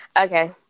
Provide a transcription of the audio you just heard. Okay